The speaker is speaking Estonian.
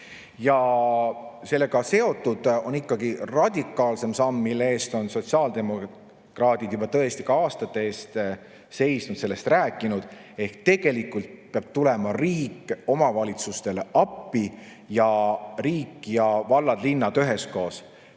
Ja sellega seotud on ikkagi radikaalsem samm, mille eest on sotsiaaldemokraadid juba tõesti juba aastate eest seisnud, sellest rääkinud. Tegelikult peab tulema riik omavalitsustele appi, riik ja vallad-linnad üheskoos